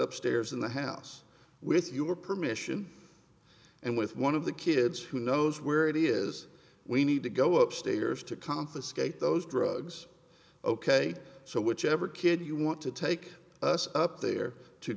upstairs in the house with your permission and with one of the kids who knows where it is we need to go upstairs to confiscate those drugs ok so whichever kid you want to take us up there to